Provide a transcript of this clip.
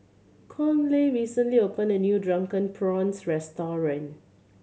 Conley recently opened a new Drunken Prawns restaurant